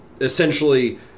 essentially